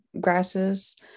grasses